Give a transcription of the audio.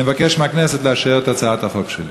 אני מבקש מהכנסת לאשר את הצעת החוק שלי.